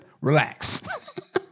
relax